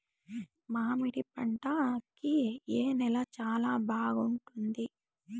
మామిడి పంట కి ఏ నేల చానా బాగుంటుంది